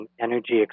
energy